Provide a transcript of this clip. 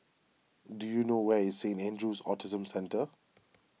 do you know where is Saint andrew's Autism Centre